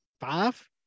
five